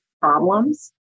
problems